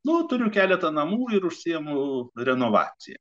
nuo turiu keletą namų ir užsiimu renovacija